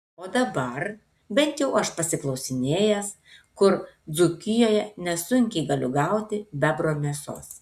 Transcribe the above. o dabar bent jau aš pasiklausinėjęs kur dzūkijoje nesunkiai galiu gauti bebro mėsos